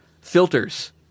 filters